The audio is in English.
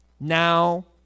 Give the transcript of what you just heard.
Now